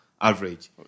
average